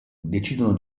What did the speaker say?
decidono